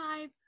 five